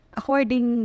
according